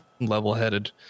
level-headed